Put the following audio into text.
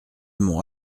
mont